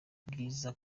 bwiza